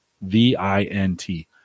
V-I-N-T